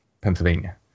Pennsylvania